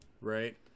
right